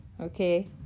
Okay